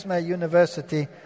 University